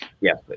Yes